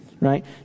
right